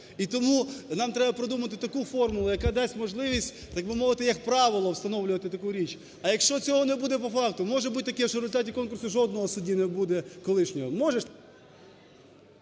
І тому нам треба придумати таку формулу, яка дасть можливість, так би мовити, як правило встановлювати таку річ. А якщо цього не буде по факту, може бути таке, що в результаті конкурсу жодного судді не буде колишнього.